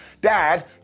Dad